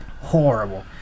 Horrible